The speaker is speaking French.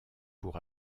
pour